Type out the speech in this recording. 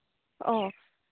অঁ